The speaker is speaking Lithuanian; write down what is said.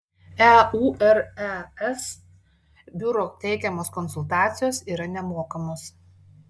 eures biuro teikiamos konsultacijos yra nemokamos